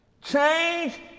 Change